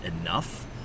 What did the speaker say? enough